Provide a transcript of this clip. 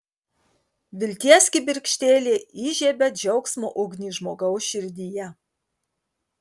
vilties kibirkštėlė įžiebia džiaugsmo ugnį žmogaus širdyje